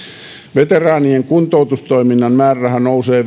veteraanien kuntoutustoiminnan määräraha nousee